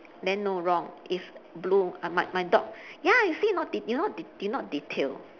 then no wrong it's blue I my my dog ya you see not de~ you not you not detailed